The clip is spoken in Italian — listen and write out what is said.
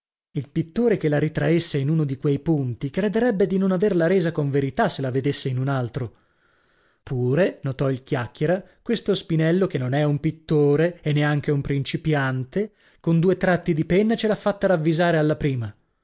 il pittore che la ritraesse in uno di quei punti crederebbe di non averla resa con verità se la vedesse in un altro pure notò il chiacchiera questo spinello che non è un pittore e neanche un principiante con due tratti di penna ce l'ha fatta ravvisare alla prima